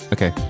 Okay